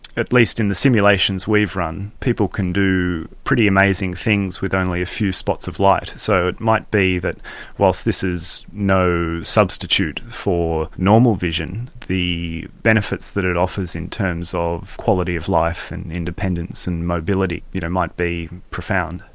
at least in the simulations we've run people can do pretty amazing things with only a few spots of light, so it might be that whilst this is no substitute for normal vision, the benefits that it offers in terms of quality of life and independence and mobility you know might be profound.